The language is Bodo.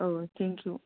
औ थेंकिउ